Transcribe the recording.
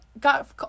got